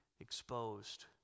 exposed